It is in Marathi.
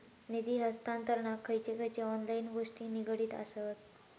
निधी हस्तांतरणाक खयचे खयचे ऑनलाइन गोष्टी निगडीत आसत?